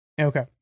Okay